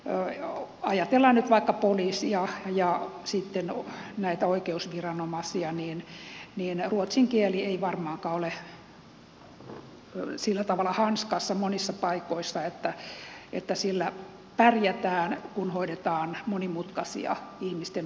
jos ajatellaan nyt vaikka poliisia ja sitten oikeusviranomaisia niin ruotsin kieli ei varmaankaan ole sillä tavalla hanskassa monissa paikoissa että sillä pärjätään kun hoidetaan monimutkaisia ihmisten asioita